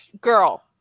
Girl